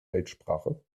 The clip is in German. weltsprache